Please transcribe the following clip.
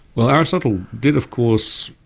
well, aristotle did, of course,